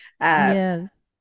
Yes